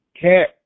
Cat